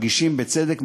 בצדק,